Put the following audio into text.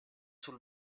sul